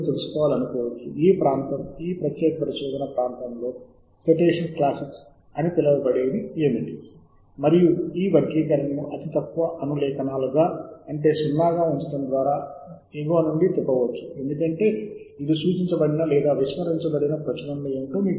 సాధారణంగా ఇక్కడ పురాతన పత్రం పైకి రావడం ఉంటుంది మరియు మొదటి రచయిత వెనుకకు మరియు ఫార్వర్డ్ సార్టింగ్ రెండింటినీ శోధిస్తున్నారు ఆర్డర్ అలాగే సోర్స్ టైటిల్